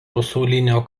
pasaulinio